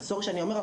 סורי שאני אומר,